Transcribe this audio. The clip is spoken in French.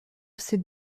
ces